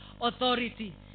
authority